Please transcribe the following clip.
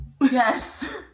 Yes